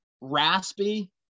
raspy